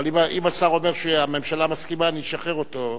אבל אם השר אומר שהממשלה מסכימה, אני אשחרר אותו.